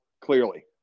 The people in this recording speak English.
clearly